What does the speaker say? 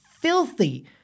filthy